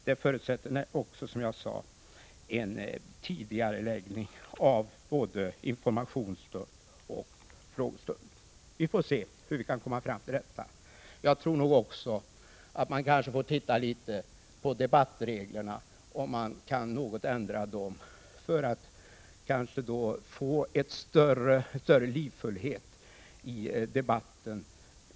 Detta förutsätter en tidigareläggning av både informationsstund och frågestund. Vi får se hur vi skall lösa detta. Jag tror också att vi kan behöva se över debattreglerna. Vi kan behöva ändra dem något för att kanske få en större livfullhet i debatten.